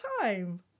time